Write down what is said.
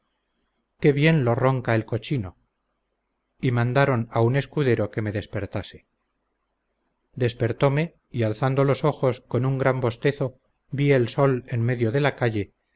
qué bien lo ronca el cochino y mandaron a un escudero que me despertase despertome y alzando los ojos con un gran bostezo vi el sol en medio de la calle